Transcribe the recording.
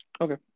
Okay